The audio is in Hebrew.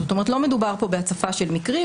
זאת אומרת, לא מדובר כאן בהצפה של מקרים.